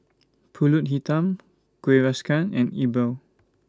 Pulut Hitam Kueh Rengas and E Bua